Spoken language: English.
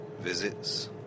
visits